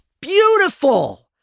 beautiful